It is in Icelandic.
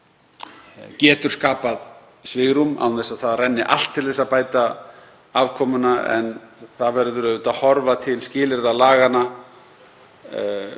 getur skapað svigrúm án þess að það renni allt til þess að bæta afkomuna en það verður auðvitað að horfa til skilyrða laganna,